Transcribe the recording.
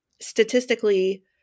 statistically